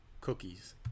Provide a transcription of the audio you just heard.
cookies